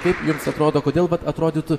kaip jums atrodo kodėl vat atrodytų